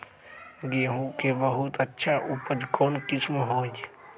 गेंहू के बहुत अच्छा उपज कौन किस्म होई?